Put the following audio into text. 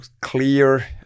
clear